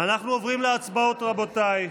אנחנו עוברים להצבעות, רבותיי.